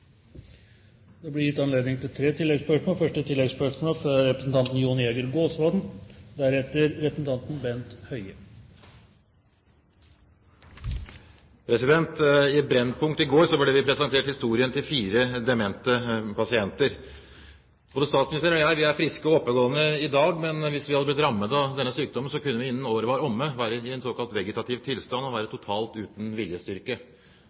Det blir gitt anledning til tre oppfølgingsspørsmål – først Jon Jæger Gåsvatn. I Brennpunkt i går ble vi presentert historien til fire demente pasienter. Både statsministeren og jeg er friske og oppegående i dag, men hvis vi hadde blitt rammet av denne sykdommen, kunne vi innen året var omme, være i en såkalt vegetativ tilstand og være totalt uten viljestyrke.